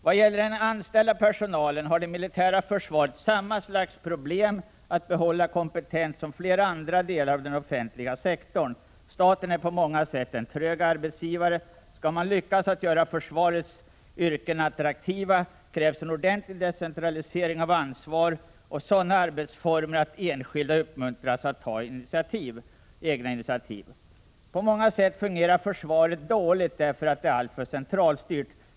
Vad gäller den anställda personalen har det militära försvaret samma slags problem med att behålla kompetent personal som flera andra delar av den offentliga sektorn. Staten är på många sätt en trög arbetsgivare. Skall man lyckas att göra försvarets yrken attraktiva krävs en ordentlig decentralisering av ansvar och sådana arbetsformer att enskilda uppmuntras att ta egna initiativ. På många sätt fungerar försvaret dåligt därför att det är alltför centralstyrt.